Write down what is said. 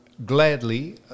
gladly